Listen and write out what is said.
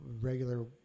regular